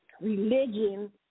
religion